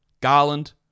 Garland